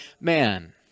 man